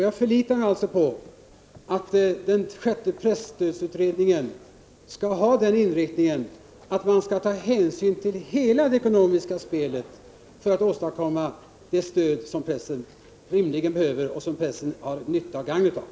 Jag förlitar mig på att den sjätte presstödsutredningen skall ha den inriktningen, att man tar hänsyn till hela det ekonomiska spelet för att åstadkomma det stöd som pressen rimligen behöver och som pressen har nytta och gagn av.